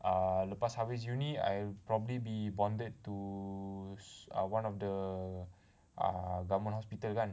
err lepas habis uni I'm probably be bonded to err one of the err government hospital kan